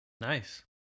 Nice